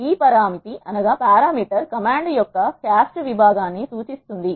ఈ పరామితి కమాండ్ యొక్క కాస్ట్ వి భాగాన్ని సూచిస్తుంది